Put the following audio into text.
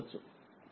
కాబట్టి i10Ω 4